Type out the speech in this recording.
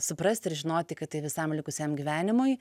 suprasti ir žinoti kad tai visam likusiam gyvenimui